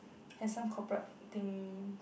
has some corporate thing